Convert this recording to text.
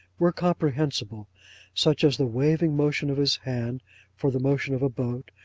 were comprehensible such as the waving motion of his hand for the motion of a boat,